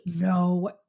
no